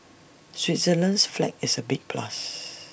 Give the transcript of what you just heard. Switzerland's flag is A big plus